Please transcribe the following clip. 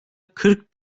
kırk